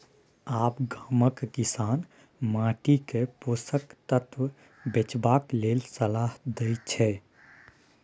आब गामक किसान माटिक पोषक तत्व बचेबाक लेल सलाह दै छै